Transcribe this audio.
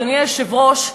אדוני היושב-ראש,